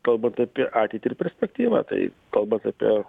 kalbant apie ateitį ir perspektyvą tai kalbant apie